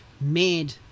made